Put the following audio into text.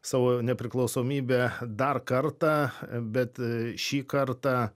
savo nepriklausomybę dar kartą bet šį kartą